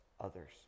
others